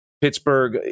Pittsburgh